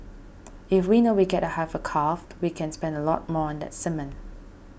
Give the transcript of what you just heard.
if we know we'll get a heifer calf we can spend a lot more on that semen